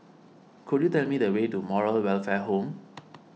could you tell me the way to Moral Welfare Home